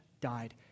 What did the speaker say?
died